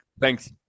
thanks